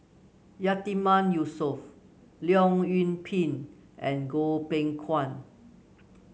Yatiman Yusof Leong Yoon Pin and Goh Beng Kwan